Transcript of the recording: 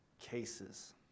cases